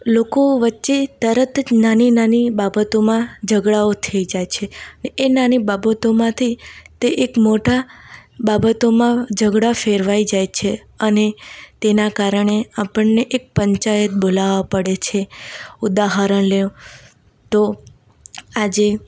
લોકો વચ્ચે તરત જ નાની નાની બાબતોમાં ઝઘડાઓ થઈ જાય છે ને એ નાની બાબતોમાંથી તે એક મોટા બાબતોમાં ઝઘડા ફેરવાય જાય છે અને તેનાં કારણે આપણને એક પંચાયત બોલવવા પડે છે ઉદાહરણ લો તો આજે